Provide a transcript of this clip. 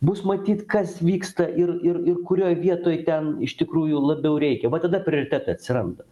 bus matyt kas vyksta ir ir ir kurioj vietoj ten iš tikrųjų labiau reikia va tada prioritetai atsiranda